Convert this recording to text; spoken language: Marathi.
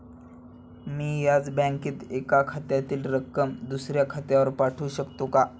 मी याच बँकेत एका खात्यातील रक्कम दुसऱ्या खात्यावर पाठवू शकते का?